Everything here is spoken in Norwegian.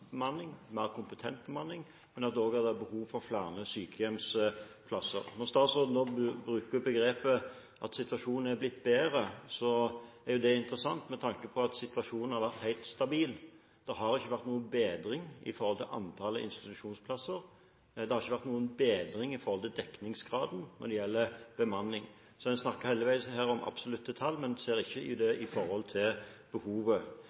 bemanning – mer kompetent bemanning – og for flere sykehjemsplasser. Når statsråden bruker begrepet «at situasjonen er blitt bedre», er det interessant med tanke på at situasjonen har vært helt stabil. Det har ikke vært noen bedring med hensyn til antallet institusjonsplasser, og det har ikke vært noen bedring av dekningsgraden når det gjelder bemanning. En snakker hele veien om absolutte tall, men ser ikke det i forhold til behovet. Det som også er interessant, er at fylkesmennene kartla behovet